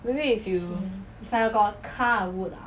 maybe if you